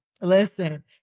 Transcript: Listen